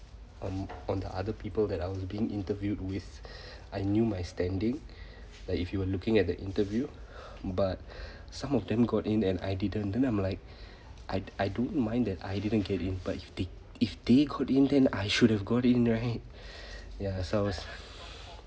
on on the other people that I was being interviewed with I knew my standing like if you were looking at the interview but some of them got in and I didn't and I'm like I I don't mind that I didn't get in but if they if they got in then I should have got in right ya sounds